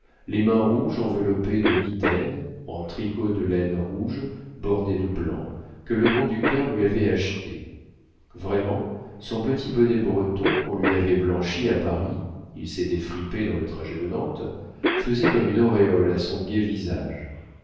les mains rouges enveloppées de mitaines en tricot de laine rouge bordées de blanc que le conducteur lui avait achetées vraiment son petit bonnet breton qu'on lui avait blanchi à paris il s'était fripé dans le trajet de nantes faisait comme une auréole à son gai visage